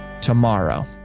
tomorrow